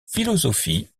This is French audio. philosophie